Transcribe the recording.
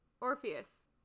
Orpheus